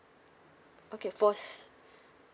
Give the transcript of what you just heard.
okay for s~